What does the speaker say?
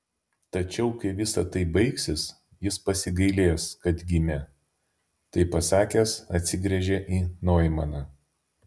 tačiau kai visa tai baigsis jis pasigailės kad gimė tai pasakęs atsigręžė į noimaną